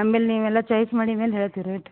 ಆಮೇಲೆ ನೀವೆಲ್ಲ ಚಾಯ್ಸ್ ಮಾಡಿ ಮೇಲೆ ಹೇಳ್ತೀವಿ ರೇಟ್